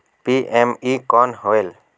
PME कौन होयल?